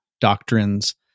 doctrines